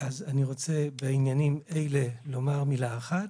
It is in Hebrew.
אז אני רוצה בעניינים אלה לומר מילה אחת,